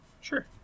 Sure